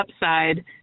upside